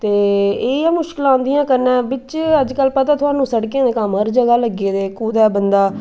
त् इ'यै मुश्कलां औंदियां कन्नै बिच अजकल पता थुहान्नूं सड़कें दे कम्म हर जगह् लग्गे दे कुतै बंदा